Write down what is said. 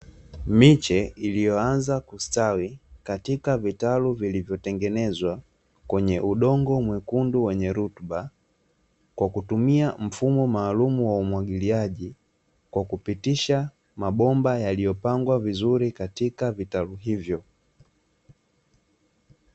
Miche iliyoanza kustawi katika vitalu vilivyotengenezwa kwenye udongo mwekundu wenye rutuba, kwa kutumia mfumo maalumu wa umwagiliaji kwa kupitisha mabomba yaliyopangwa vizuri katika vitalu hivyo.